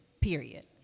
period